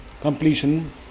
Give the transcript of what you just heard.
completion